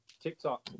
tiktok